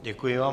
Děkuji vám.